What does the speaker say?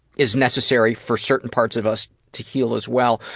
is necessary for certain parts of us to heal as well,